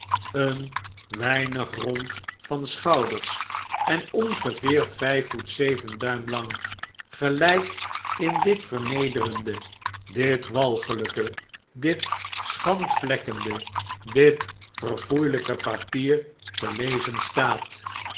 een weinig rond van schouders en ongeveer vijf voet zeven duim lang gelijk in dit vernederende dit walgelijke dit schandvlekkende dit verfoeielijke papier te lezen staat